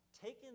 taken